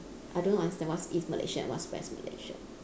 I don't know what's that what's east malaysia and what's west malaysia